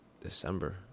December